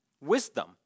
Wisdom